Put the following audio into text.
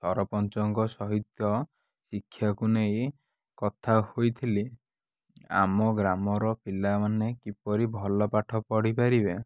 ସରପଞ୍ଚଙ୍କ ସହିତ ଶିକ୍ଷାକୁ ନେଇ କଥା ହୋଇଥିଲି ଆମ ଗ୍ରାମର ପିଲାମାନେ କିପରି ଭଲ ପାଠ ପଢ଼ିପାରିବେ